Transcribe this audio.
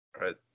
right